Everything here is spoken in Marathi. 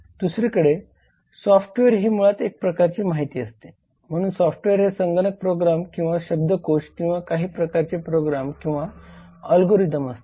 दुसरीकडे सॉफ्टवेअर ही मुळात एक प्रकारची माहिती असते म्हणून सॉफ्टवेअर हे संगणक प्रोग्राम किंवा शब्दकोश किंवा काही प्रकारचे प्रोग्राम किंवा अल्गोरिदम असतात